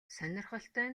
сонирхолтой